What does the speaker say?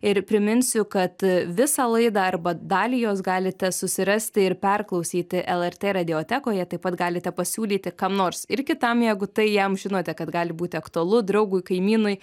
ir priminsiu kad visą laidą arba dalį jos galite susirasti ir perklausyti lrt radiotekoje taip pat galite pasiūlyti kam nors ir kitam jeigu tai jam žinote kad gali būti aktualu draugui kaimynui